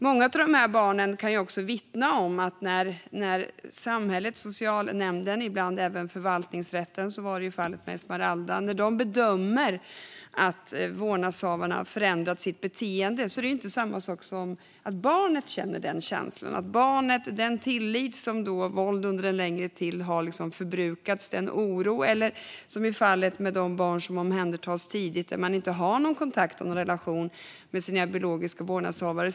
Många av de här barnen kan också vittna om att även om samhället, socialnämnden och ibland även förvaltningsrätten - så var det i fallet med Esmeralda - bedömer att vårdnadshavarna har förändrat sitt beteende så är det inte samma sak som att barnet känner den känslan. Våld under en längre tid har förbrukat tilliten, och när det gäller barn som omhändertas tidigt har de ingen kontakt eller relation med sina biologiska vårdnadshavare.